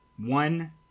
one